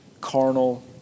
carnal